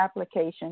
application